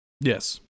Yes